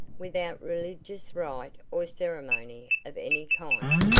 without religious rite or ceremony of any kind.